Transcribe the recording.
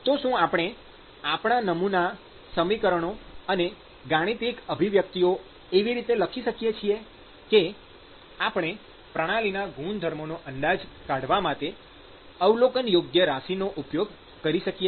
તો શું આપણે આપણા નમૂના સમીકરણો અને ગાણિતિક અભિવ્યક્તિઓ એવી રીતે લખી શકીએ કે આપણે પ્રણાલીના ગુણધર્મોનો અંદાજ કાઢવા માટે અવલોકનયોગ્ય રાશિઓનો ઉપયોગ કરી શકીએ